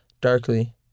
darkly